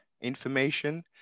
information